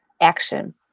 Action